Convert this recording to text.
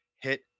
hit